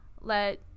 let